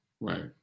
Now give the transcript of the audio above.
right